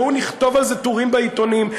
בואו נכתוב על זה טורים בעיתונים,